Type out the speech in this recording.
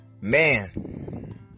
Man